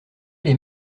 les